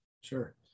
Sure